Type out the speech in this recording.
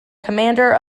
commander